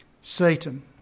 Satan